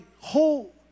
whole